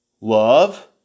love